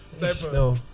No